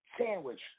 sandwich